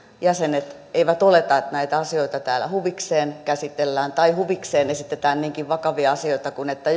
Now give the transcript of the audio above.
jäsenet eivät oleta että näitä asioita täällä huvikseen käsitellään tai huvikseen esitetään niinkin vakavia asioita kuin se että